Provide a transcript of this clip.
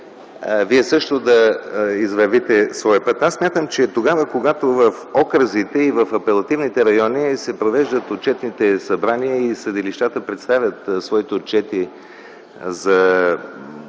вие също да извървите своя път. Аз смятам, че тогава, когато в окръзите и в апелативните райони се провеждат отчетните събрания и съдилищата представят своите отчети за